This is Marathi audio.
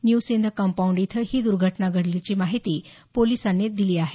न्यू सिंध कंपाऊंड इथं ही दुर्घटना झाल्याची माहिती पोलिसांनी दिली आहे